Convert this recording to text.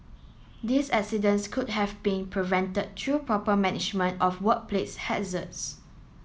these accidents could have been prevented through proper management of workplace hazards